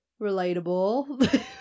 Relatable